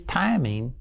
timing